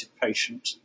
patient